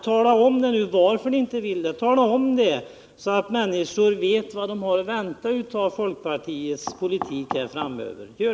Tala nu om varför ni inte vill det, så att människor vet vad de har att vänta av folkpartiets politik framöver!